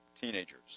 teenagers